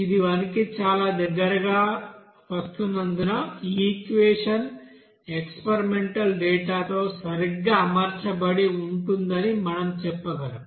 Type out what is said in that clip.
ఇది 1 కి చాలా దగ్గరగా వస్తున్నందున ఈ ఈక్వెషన్ ఎక్స్పెరిమెంటల్ డేటా తో సరిగ్గా అమర్చబడి ఉంటుందని మనం చెప్పగలం